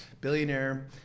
billionaire